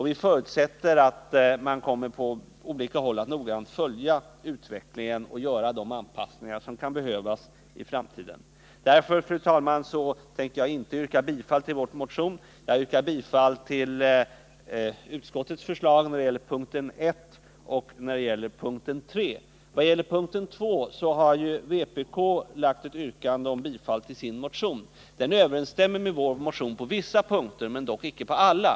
Vi förutsätter att man på olika sätt noggrant kommer att följa utvecklingen och göra de anpassningar som kan behövas. Därför ämnar jag inte yrka bifall till vår motion. Jag yrkar bifall till utskottets hemställan i 101 Beträffande punkten 2 har vpk yrkat bifall till sin motion. Den överensstämmer med vår motion på vissa punkter, dock icke på alla.